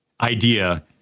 idea